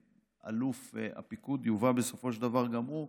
אלוף הפיקוד יובא בסופו של דבר גם הוא